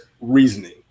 reasoning